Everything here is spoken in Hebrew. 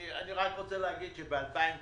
אני רק רוצה להגיד שב-2019,